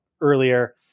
earlier